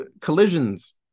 collisions